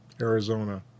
Arizona